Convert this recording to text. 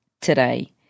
today